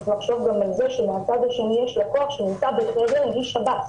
צריך לחשוב גם על זה שמהצד השני יש לקוח שנמצא בחדר עם איש שב"ס.